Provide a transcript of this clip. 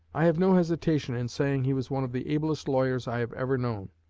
i have no hesitation in saying he was one of the ablest lawyers i have ever known.